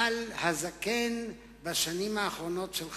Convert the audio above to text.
על הזקן בשנים האחרונות של חייו.